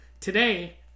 Today